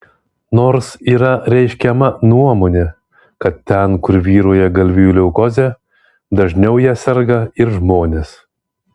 nors yra reiškiama nuomonė kad ten kur vyrauja galvijų leukozė dažniau ja serga ir žmonės